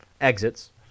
exits